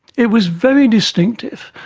it was very distinctive,